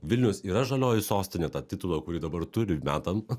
vilnius yra žalioji sostinė tą titulą kurį dabar turi metam